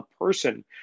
person